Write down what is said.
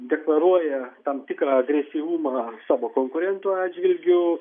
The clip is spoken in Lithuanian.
deklaruoja tam tikrą agresyvumą savo konkurentų atžvilgiu